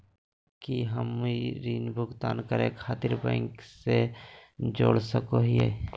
की हम ऋण भुगतान करे खातिर बैंक से जोड़ सको हियै?